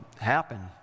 happen